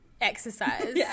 Exercise